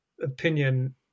opinion